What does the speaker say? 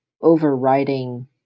overriding